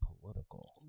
political